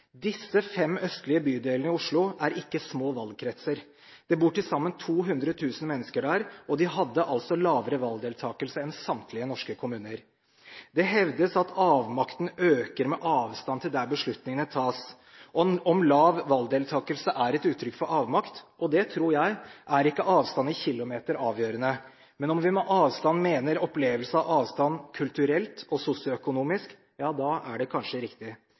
Disse fem østlige bydelene i Oslo er ikke små valgkretser. Det bor til sammen 200 000 mennesker der. Og de hadde altså lavere valgdeltakelse enn samtlige norske kommuner. Det hevdes at avmakten øker med avstand til der beslutningene tas. Om lav valgdeltakelse er et uttrykk for avmakt – og det tror jeg – er ikke avstand i kilometer avgjørende. Men om vi med avstand mener opplevelse av avstand kulturelt og sosioøkonomisk, er det kanskje riktig.